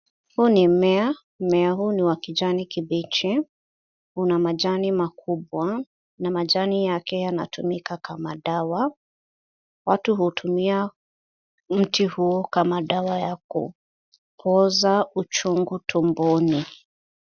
Huu ni mmea. Mmea huu ni wa kijani kibichi, una majani makubwa na majani yake yanatumika kama dawa. Watu hutumia mti huo kama dawa ya kupozoa uchungu tumboni.